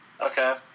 Okay